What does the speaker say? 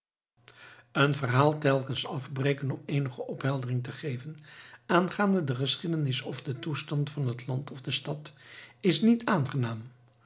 een verhaal telkens afbreken om eenige opheldering te geven aangaande de geschiedenis of den toestand van het land of de stad is niet aangenaam